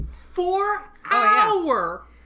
four-hour